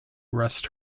rest